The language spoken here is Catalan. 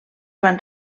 van